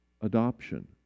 adoption